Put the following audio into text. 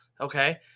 okay